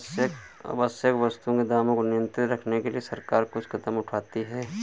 आवश्यक वस्तुओं के दामों को नियंत्रित रखने के लिए सरकार कुछ कदम उठाती है